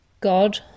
God